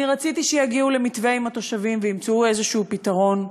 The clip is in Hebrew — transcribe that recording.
רציתי שיגיעו למתווה עם התושבים וימצאו איזשהו פתרון,